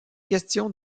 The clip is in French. question